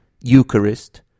eucharist